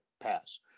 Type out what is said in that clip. pass